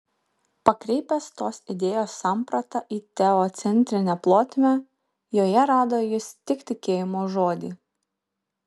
pakreipęs tos idėjos sampratą į teocentrinę plotmę joje rado jis tik tikėjimo žodį